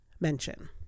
mention